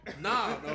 Nah